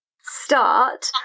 start